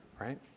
Right